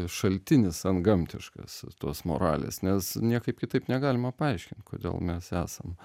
šaltinis antgamtiškas tos moralės nes niekaip kitaip negalima paaiškinti kodėl mes esam